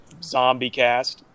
ZombieCast